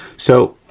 so,